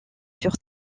sur